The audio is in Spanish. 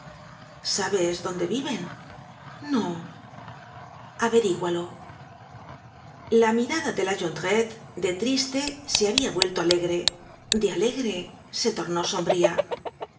book search generated at averígualo la mirada de la jondrette de triste se habia vuelto alegre f de alegre se tornó sombría